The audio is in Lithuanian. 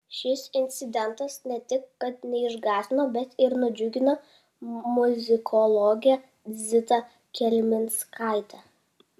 šis incidentas ne tik kad neišgąsdino bet ir nudžiugino muzikologę zitą kelmickaitę